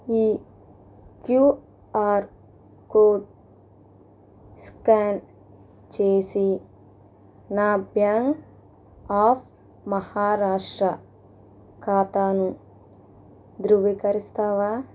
ఈ QR code scan చేసి నా బ్యాంక్ ఆఫ్ మహారాష్ట్ర ఖాతాను ధృవీకరిస్తావా